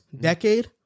decade